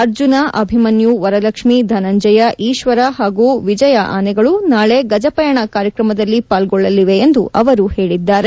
ಅರ್ಜುನ ಅಭಿಮನ್ಯು ವರಲಕ್ಷ್ಮೀ ಧನಂಜಯ ಈಶ್ವರ ಹಾಗೂ ವಿಜಯ ಆನೆಗಳು ನಾಳೆ ಗಜಪಯಣ ಕಾರ್ಯಕ್ರಮದಲ್ಲಿ ಪಾಲ್ಗೊಳ್ಳಲಿವೆ ಎಂದು ಅವರು ಹೇಳಿದ್ದಾರೆ